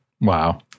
Wow